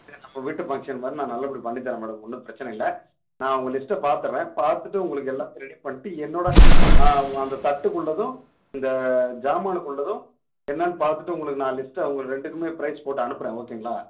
இது நம்ம வீட்டு ஃபங்க்ஷன் மாதிரி நான் நல்லபடியாக பண்ணித் தர்றேன் மேடம் ஒன்றும் பிரச்சின இல்லை நான் உங்கள் லிஸ்ட்ட பார்த்துட்றேன் பார்த்துட்டு உங்களுக்கு எல்லாத்தையும் ரெடி பண்ணிட்டு என்னோடய வ அந்த தட்டுக்குள்ளதும் இந்த ஜாமானுக்குள்ளதும் என்னான்னு பார்த்துட்டு உங்களுக்கு நான் லிஸ்ட்டே உங்களுக்கு ரெண்டுக்குமே ப்ரைஸ் போட்டு அனுப்புகிறேன் ஓகேங்களா